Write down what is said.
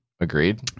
Agreed